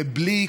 ובלי,